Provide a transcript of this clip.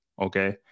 Okay